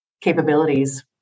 capabilities